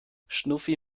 schnuffi